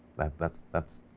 that's, that's,